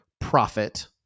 profit